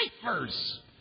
ciphers